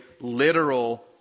literal